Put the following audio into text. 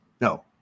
No